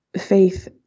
faith